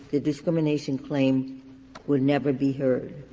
the discrimination claims would never be heard